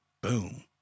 boom